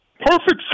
Perfect